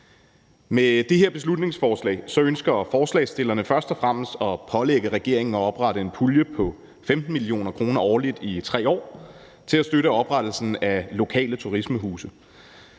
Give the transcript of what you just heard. Med det her beslutningsforslag ønsker forslagsstillerne først og fremmest at pålægge regeringen at oprette en pulje på 15 mio. kr. årligt i 3 år til at støtte oprettelsen af lokale turismehuse.